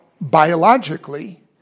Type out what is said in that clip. biologically